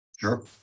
Sure